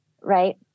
Right